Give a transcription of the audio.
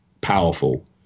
powerful